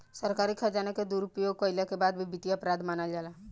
सरकारी खजाना के दुरुपयोग कईला के भी वित्तीय अपराध मानल जाला